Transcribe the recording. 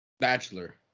bachelor